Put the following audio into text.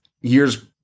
years